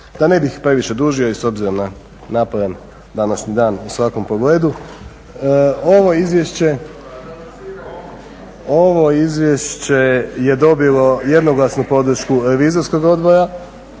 Da ne bih previše dužio i s obzirom na naporan današnji dan u svakom pogledu, ovo izvješće je dobilo jednoglasnu podršku Revizorskog odbora,